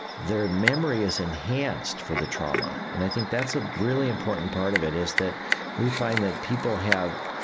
their memory is enhanced for the trauma and i think that's a really important part of it, is that we find that people have